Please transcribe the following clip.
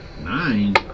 Nine